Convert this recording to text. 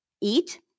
eat